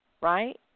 Right